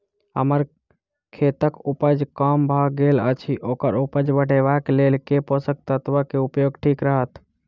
हम्मर खेतक उपज कम भऽ गेल अछि ओकर उपज बढ़ेबाक लेल केँ पोसक तत्व केँ उपयोग ठीक रहत?